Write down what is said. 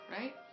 right